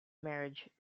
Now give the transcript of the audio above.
marriage